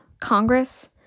Congress